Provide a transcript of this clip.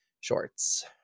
shorts